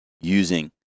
using